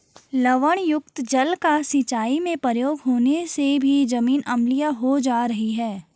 लवणयुक्त जल का सिंचाई में प्रयोग होने से भी जमीन अम्लीय हो जा रही है